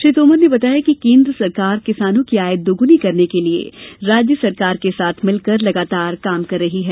श्री तोमर ने बताया कि केन्द्र किसानों की आय दोगुनी करने के लिए राज्य सरकार के साथ मिलकर लगातार काम कर रहा है